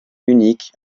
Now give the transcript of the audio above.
unique